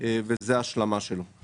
וזו ההשלמה שלו.